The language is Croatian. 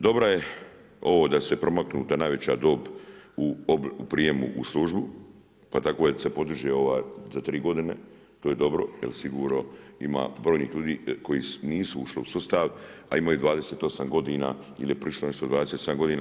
Dobro je ovo da se promaknu ta najveća dob u prijemu u službu, pa tako se podiže za tri godine, to je dobro jer sigurno ima brojnih ljudi koji nisu ušli u sustav, a imaju 28 godina ili je prišlo nešto 27 godina.